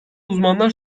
uzmanlar